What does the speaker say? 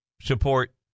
support